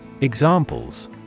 Examples